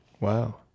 Wow